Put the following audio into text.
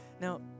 Now